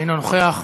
אינו נוכח.